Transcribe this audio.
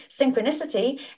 synchronicity